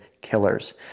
killers